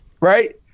right